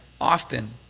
often